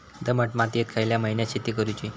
दमट मातयेत खयल्या महिन्यात शेती करुची?